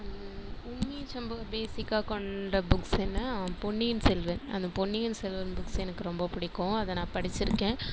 உண்மை சம்பவம் பேசிக்காக கொண்ட புக்ஸ் என்ன பொன்னியின் செல்வன் அந்த பொன்னியின் செல்வன் புக்ஸ் எனக்கு ரொம்ப பிடிக்கும் அதை நான் படிச்சுருக்கேன்